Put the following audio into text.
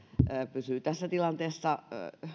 pysyy tässä tilanteessa